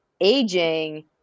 aging